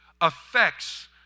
affects